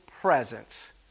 presence